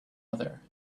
other